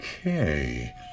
Okay